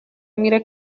میره